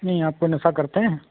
नहीं आप कोई नशा करते हैं